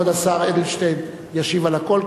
כבוד השר אדלשטיין ישיב על הכול,